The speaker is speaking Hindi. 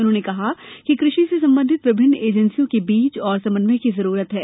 उन्होंने कहा कि कृषि से संबंधित विभिन्न एजेंसियों के बीच और समन्वय की जरूरत है